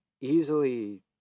easily